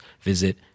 visit